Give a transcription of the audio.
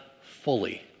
fully